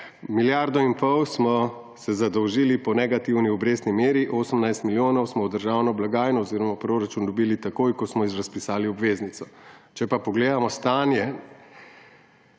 milijardo in pol smo se zadolžili po negativni obrestni meri, 18 milijonov smo v državno blagajno oziroma v proračun dobili takoj, ko smo razpisali obveznice. Če pa pogledamo stanje,